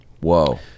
Whoa